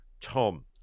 Tom